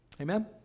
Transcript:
Amen